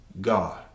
God